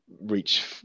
reach